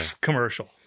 Commercial